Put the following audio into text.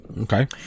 Okay